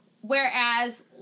Whereas